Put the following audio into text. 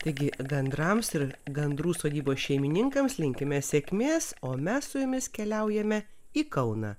taigi gandrams ir gandrų sodybos šeimininkams linkime sėkmės o mes su jumis keliaujame į kauną